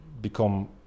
become